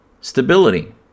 stability